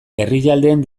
herrialdeen